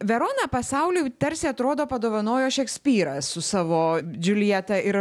veroną pasauliui tarsi atrodo padovanojo šekspyras su savo džiuljeta ir